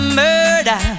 murder